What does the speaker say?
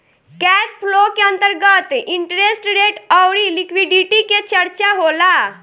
cash flow के अंतर्गत interest rate अउरी लिक्विडिटी के चरचा होला